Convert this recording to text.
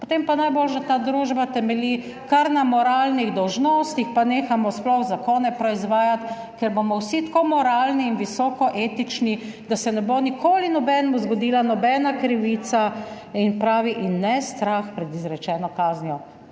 Potem pa najboljše, da ta družba temelji kar na moralnih dolžnostih. Pa nehamo sploh zakone proizvajati, ker bomo vsi tako moralni in visoko etični, da se ne bo nikoli nobenemu zgodila nobena krivica in pravi in ne strah pred izrečeno kaznijo.